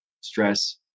stress